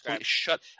shut